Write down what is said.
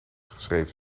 geschreven